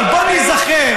אבל בואו ניזכר